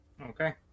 Okay